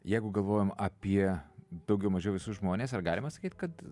jeigu galvojam apie daugiau mažiau visus žmones ar galima sakyt kad